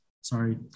sorry